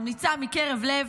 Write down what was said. ממליצה מקרב לב,